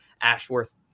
Ashworth